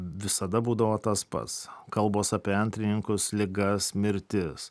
visada būdavo tas pats kalbos apie antrininkus ligas mirtis